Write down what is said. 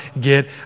get